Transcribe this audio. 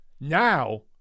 Now